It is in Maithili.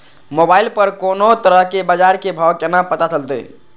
मोबाइल पर कोनो तरह के बाजार के भाव केना पता चलते?